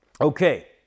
Okay